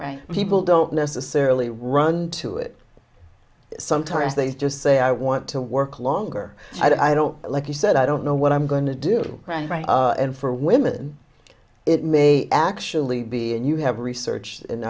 right people don't necessarily run to it sometimes they just say i want to work longer i don't like you said i don't know what i'm going to do and for women it may actually be and you have research and